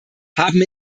haben